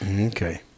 Okay